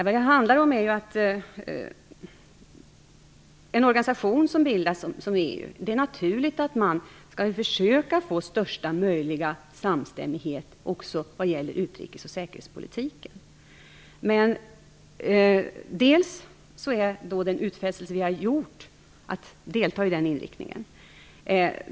Vad det handlar om är ju att man i en organisation som EU skall försöka få största möjliga samstämmighet också vad gäller utrikes och säkerhetspolitiken. För det första handlar det om den utfästelse som vi har gjort att delta i fråga om den inriktningen.